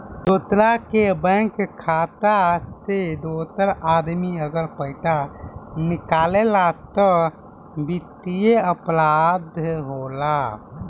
दोसरा के बैंक खाता से दोसर आदमी अगर पइसा निकालेला त वित्तीय अपराध होला